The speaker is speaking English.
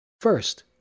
First